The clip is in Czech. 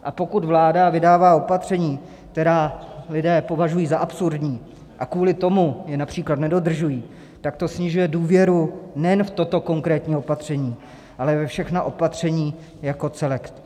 A pokud vláda vydává opatření, která lidé považují za absurdní, a kvůli tomu je například nedodržují, tak to snižuje důvěru nejen v toto konkrétní opatření, ale ve všechna opatření jako celek.